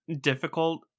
difficult